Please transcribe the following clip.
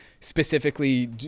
specifically